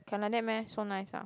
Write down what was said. can like that meh so nice ah